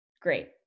great